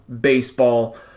baseball